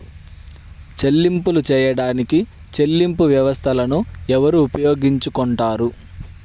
చెల్లింపులు చేయడానికి చెల్లింపు వ్యవస్థలను ఎవరు ఉపయోగించుకొంటారు?